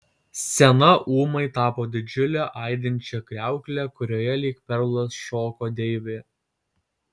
scena ūmai tapo didžiule aidinčia kriaukle kurioje lyg perlas šoko deivė